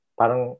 parang